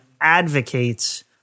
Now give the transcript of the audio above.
advocates